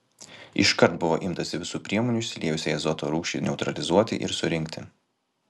iškart buvo imtasi visų priemonių išsiliejusiai azoto rūgščiai neutralizuoti ir surinkti